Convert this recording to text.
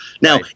Now